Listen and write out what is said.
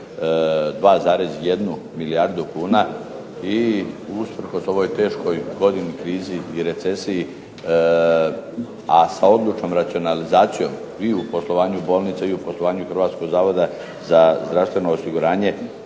2,1 milijardu kuna i usprkos ovoj teškoj godini, krizi i recesiji, a sa odlučnom racionalizacijom i u poslovanju bolnice i u poslovanju Hrvatskog zavoda za zdravstveno osiguranje